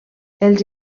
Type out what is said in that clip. els